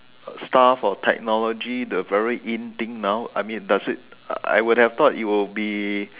stuff or technology the very in thing now I mean does it I would have thought it will be